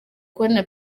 kubona